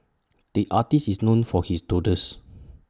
the artist is known for his doodles